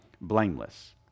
blameless